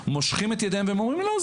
מושך את ידיו ואומר: לא,